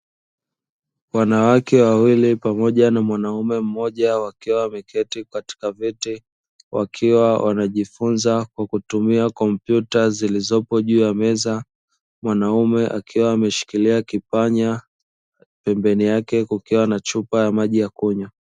Wanawake wawili pamoja na mwanaume mmoja wakiwa wameketi katika viti wakiwa wanajifunza kwa kutumia kompyuta zilizopo juu ya meza, mwanaume akiwa ameshikilia kipanya pembeni yake kukiwa na chupa ya maji ya kunywa.